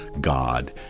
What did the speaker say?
God